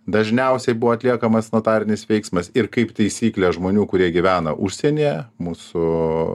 dažniausiai buvo atliekamas notarinis veiksmas ir kaip taisyklė žmonių kurie gyvena užsienyje mūsų